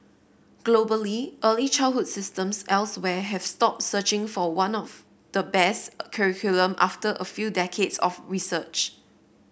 globally early childhood systems elsewhere have stopped searching for one of the best curriculum after a few decades of research